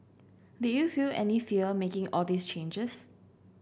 did you feel any fear making all these changes